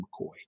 McCoy